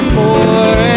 more